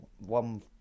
one